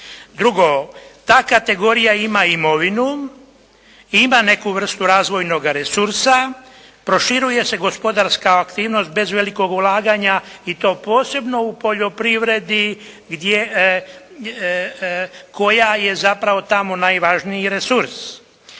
Drugo, ta kategorija ima imovinu i ima neku vrstu razvojnoga resursa, proširuje se gospodarska aktivnost bez velikog ulaganja i to posebno u poljoprivredi koja je zapravo tamo najvažniji resurs.